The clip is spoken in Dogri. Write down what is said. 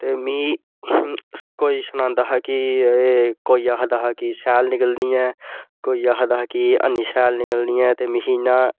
ते मी कोई सनांदा हा कि कोई आखदा हीाकि शैल निकलनी ऐ कोई आखदा हा कि है निं शैल निकलनी ऐ ते मिगी इ'यां